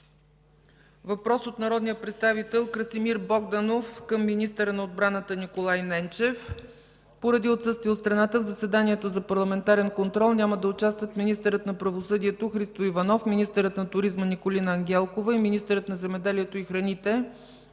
въпрос от народния представител Красимир Богданов към министъра на отбраната Николай Ненчев. Поради отсъствие от страната, в заседанието за парламентарен контрол няма да участват министърът на правосъдието Христо Иванов, министърът на туризма Николина Ангелкова и министърът на земеделието и храните